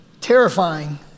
terrifying